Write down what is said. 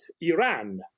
Iran